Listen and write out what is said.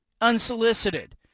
unsolicited